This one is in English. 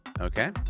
Okay